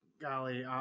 Golly